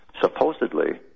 supposedly